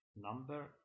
number